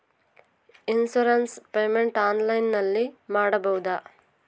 Insurance payment ಆನ್ಲೈನಿನಲ್ಲಿ ಮಾಡಬಹುದಾ?